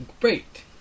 great